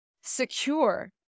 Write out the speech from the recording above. secure